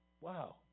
Wow